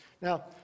now